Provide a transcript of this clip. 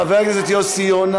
וחבר הכנסת יוסי יונה